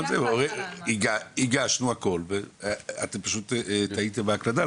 הגשנו הכל ואתם פשוט טעיתם בהקלדה.